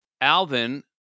Alvin